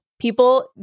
people